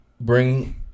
bring